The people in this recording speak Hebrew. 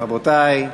רבותי.